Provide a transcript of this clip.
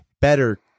better